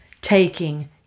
taking